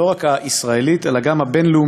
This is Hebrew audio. לא רק הישראלית אלא גם הבין-לאומית,